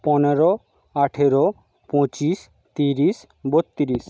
পনেরো আঠেরো পঁচিশ তিরিশ বত্তিরিশ